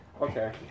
Okay